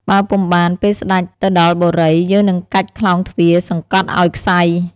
បើពុំបាន ពេលស្តេចទៅដល់បុរី យើងនឹងកាច់ក្លោងទ្វារសង្កត់ឱ្យក្ស័យ។